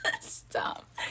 stop